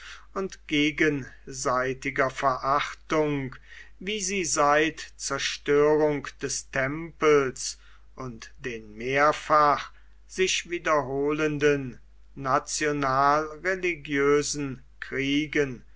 und gegenseitiger verachtung wie sie seit zerstörung des tempels und den mehrfach sich wiederholenden national religiösen kriegen